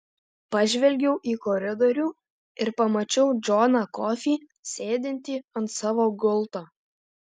pažvelgiau į koridorių ir pamačiau džoną kofį sėdintį ant savo gulto